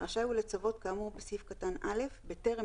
רשאי הוא לצוות כאמור בסעיף קטן (א) בטרם